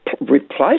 replace